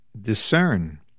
discern